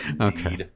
Okay